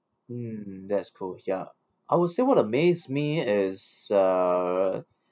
mm that's cool ya I would say what amazes me is uh